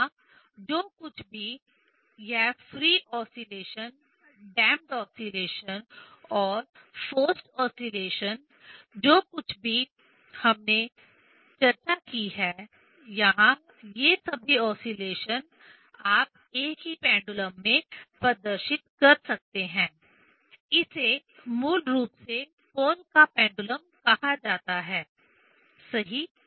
यहाँ जो कुछ भी यह फ्री ऑस्लेशन डैंपड ऑस्लेशन और फोर्सड ऑस्लेशन जो कुछ भी हमने चर्चा की है यहाँ ये सभी ओसीलेशन आप एक ही पेंडुलम में प्रदर्शित कर सकते हैं इसे मूल रूप से पोहल का पेंडुलम Pohl's pendulum कहा जाता है सही